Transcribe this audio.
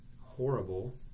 horrible